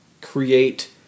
create